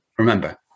Remember